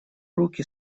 руки